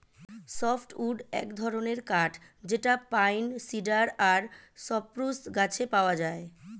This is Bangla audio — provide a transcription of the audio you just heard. সফ্ট উড এক ধরনের কাঠ যেটা পাইন, সিডার আর সপ্রুস গাছে পাওয়া যায়